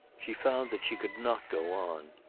she found that she could not go on.